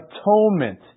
Atonement